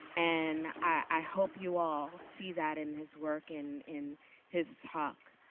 and i hope you all see that in his work in in his talk.